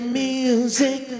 music